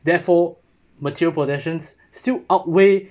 therefore material possessions still outweigh